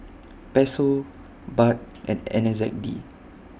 Peso Baht and N Z D